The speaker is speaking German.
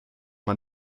man